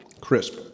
crisp